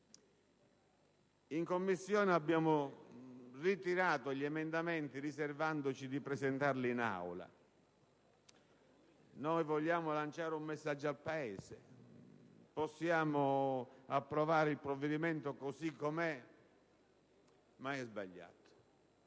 In Commissione abbiamo ritirato gli emendamenti riservandoci di presentarli in Aula. Vogliamo lanciare un messaggio al Paese? Possiamo approvare il provvedimento così com'è, ma contiene